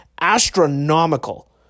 astronomical